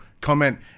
comment